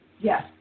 Yes